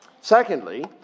Secondly